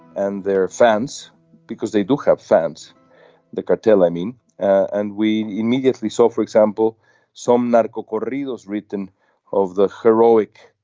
and their fans because they took have sense the cartel i mean and we immediately saw for example some medical corridors written of the heroic.